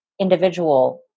individual